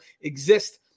exist